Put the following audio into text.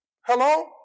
Hello